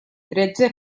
tretze